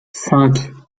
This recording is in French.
cinq